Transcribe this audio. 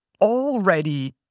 already